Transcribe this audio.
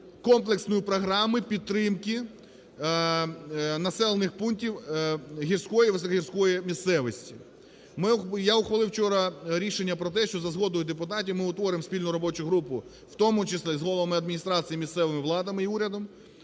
комплексної програми підтримки населених пунктів гірської, високогірської місцевості. Я ухвалив вчора рішення про те, що за згодою депутатів ми утворимо спільну робочу групу, в тому числі з головами адміністрацій місцевими владами і урядом,